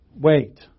wait